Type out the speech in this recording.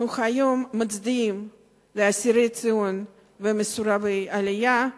אנחנו מצדיעים היום לאסירי ציון ומסורבי העלייה.